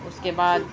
اس کے بعد